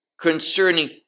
concerning